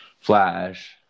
Flash